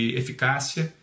eficácia